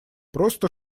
просто